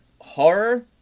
horror